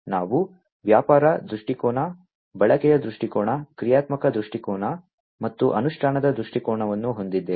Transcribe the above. ನಾವು ವ್ಯಾಪಾರ ದೃಷ್ಟಿಕೋನ ಬಳಕೆಯ ದೃಷ್ಟಿಕೋನ ಕ್ರಿಯಾತ್ಮಕ ದೃಷ್ಟಿಕೋನ ಮತ್ತು ಅನುಷ್ಠಾನದ ದೃಷ್ಟಿಕೋನವನ್ನು ಹೊಂದಿದ್ದೇವೆ